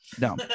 No